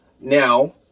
Now